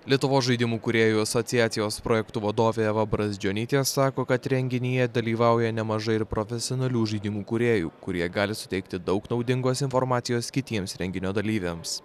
lietuvos žaidimų kūrėjų asociacijos projektų vadovė eva brazdžionytė sako kad renginyje dalyvauja nemažai ir profesionalių žaidimų kūrėjų kurie gali suteikti daug naudingos informacijos kitiems renginio dalyviams